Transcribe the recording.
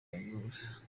bagiruwubusa